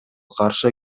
каршы